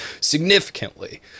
significantly